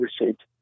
received